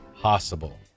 possible